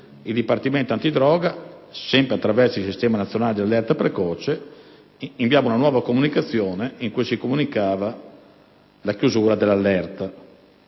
il Dipartimento antidroga, sempre attraverso il Sistema nazionale di allerta precoce, inviava una nuova informativa in cui si comunicava la chiusura dell'allerta.